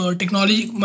technology